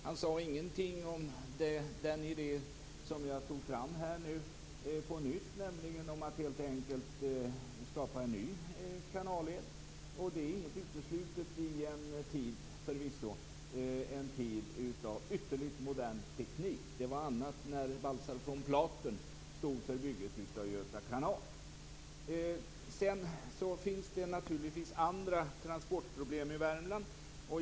Han sade ingenting om den idé som jag tog upp på nytt. Man borde helt enkelt skapa en ny kanalled, och det är inte uteslutet i en tid av ytterligt modern teknik. Det var annat när Baltzar von Platen stod för byggandet av Göta kanal. Det finns naturligtvis andra transportproblem i Värmland.